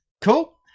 Cool